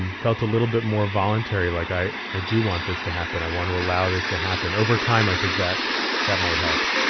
um felt a little bit more voluntary, like i i do want this to happen. i want to allow this to happen over time. i think that that might help,